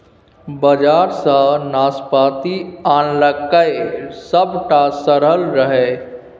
बजार सँ नाशपाती आनलकै सभटा सरल रहय